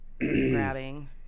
grabbing